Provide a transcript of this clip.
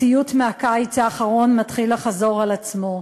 הסיוט מהקיץ האחרון מתחיל לחזור על עצמו.